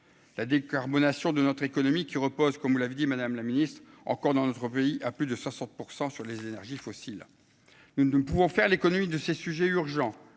la décarbonation de notre économie qui repose, comme vous l'avez dit, Madame la Ministre, encore dans notre pays, à plus de 60 % sur les énergies fossiles, nous ne pouvons faire l'économie de ces sujets urgents,